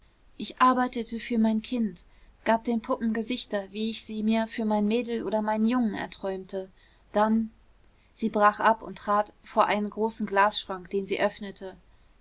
ich arbeitete für mein kind gab den puppen gesichter wie ich sie mir für mein mädel oder meinen jungen erträumte dann sie brach ab und trat vor einen großen glasschrank den sie